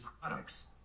products